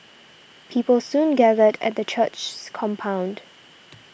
people soon gathered at the church's compound